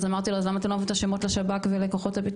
אז אמרתי לו אז למה אתה לא מביא את השמות לשב"כ ולכוחות הביטחון?